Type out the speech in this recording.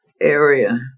area